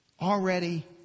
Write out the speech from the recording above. already